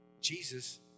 Jesus